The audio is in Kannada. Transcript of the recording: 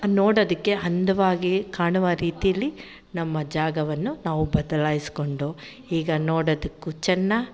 ನೋಡೋದಕ್ಕೆ ಅಂದವಾಗಿ ಕಾಣುವ ರೀತಿಯಲ್ಲಿ ನಮ್ಮ ಜಾಗವನ್ನು ನಾವು ಬದಲಾಯಿಸ್ಕೊಂಡೋ ಈಗ ನೋಡೋದಕ್ಕೂ ಚೆನ್ನ